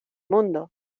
mundo